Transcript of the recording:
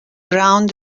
around